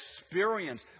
experience